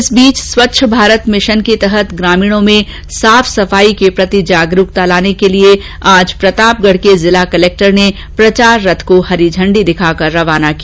इस बीच स्वच्छ भारत मिशन के तहत ग्रामीणों में साफ सफाई के प्रति जागरूकता लाने के लिए आज प्रतापगढ के जिला कलेक्टर ने प्रचार रथ को हरी झंडी दिखाकर रवाना किया